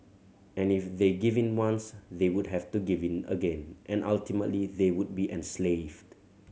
and if they give in once they would have to give in again and ultimately they would be enslaved